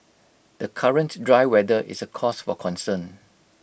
the current dry weather is A cause for concern